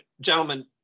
gentlemen